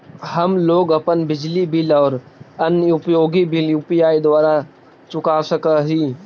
हम लोग अपन बिजली बिल और अन्य उपयोगि बिल यू.पी.आई द्वारा चुका सक ही